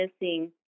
missing